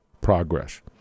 progress